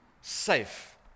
safe